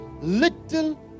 little